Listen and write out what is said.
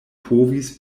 povis